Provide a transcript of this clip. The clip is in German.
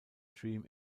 dream